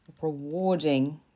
rewarding